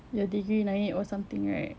your degree naik or something right